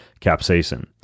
capsaicin